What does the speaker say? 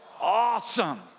awesome